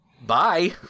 Bye